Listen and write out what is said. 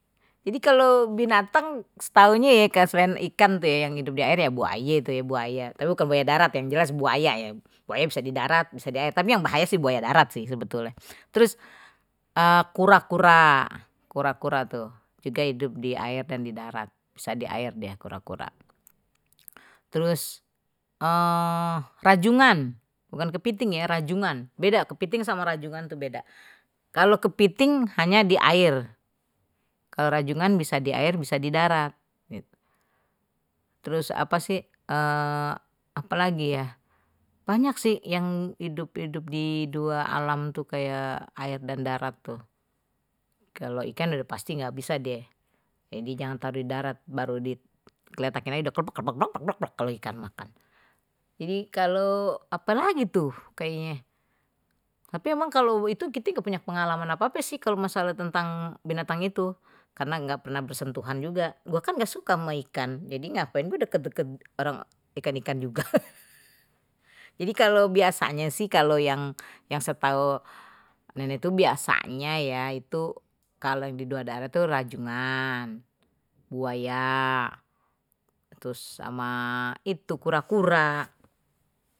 Jadi kalau binatang seahunye ye kalo selain, ikan tuh yang hidup di air ya bu aye itu ya buaya tapi bukan buaya darat, yang jelas buaya ya buaya bisa di darat tapi yang bahaya sih buaya darat sih sebetulnya terus kura-kura, kura-kura hidup di air dan di darat bisa di air ya kura kura terus rajungan bukan kepiting ya, rajungan beda kepiting sama rajungan itu beda kalau kepiting hanya di air rajungan bisa di air bisa di darat terus apa sih apalagi ya banyak sih yang hidup-hidup di dua alam tuh kayak air dan darat tuh kalau ikan sudah pasti enggak bisa die, jadi jangan taro didarat, baru digeletakkin aje udah kalo ikan mah, jadi kalo ape lagi tuh kayaknye, tapi kalo itu kite sih engga punya pengalaman ape ape sih kalo masalah tentang binatang itu, karena ga pernah bersentuhan juga, gue kan ga suka ama ikan, jadi ngapain gue deket deket, orang ikan ikan juga adi biasanye sih yang setahu nenek, biasanya ya itu didua darat rajungan, buaya, kura kura.